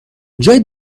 جای